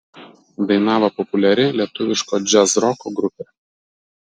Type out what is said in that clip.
dainavo populiari lietuviško džiazroko grupė